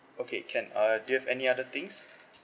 okay can err do you have any other things